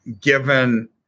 given